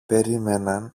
περίμεναν